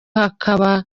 hakaba